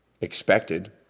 expected